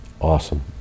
Awesome